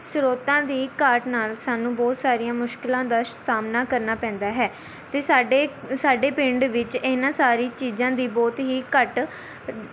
ਸ੍ਰੋਤਾਂ ਦੀ ਘਾਟ ਨਾਲ ਸਾਨੂੰ ਬਹੁਤ ਸਾਰੀਆਂ ਮੁਸ਼ਕਲਾਂ ਦਾ ਸਾਹਮਣਾ ਕਰਨਾ ਪੈਂਦਾ ਹੈ ਅਤੇ ਸਾਡੇ ਸਾਡੇ ਪਿੰਡ ਵਿੱਚ ਇਹਨਾਂ ਸਾਰੀ ਚੀਜ਼ਾਂ ਦੀ ਬਹੁਤ ਹੀ ਘੱਟ